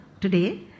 today